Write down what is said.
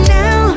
now